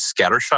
scattershot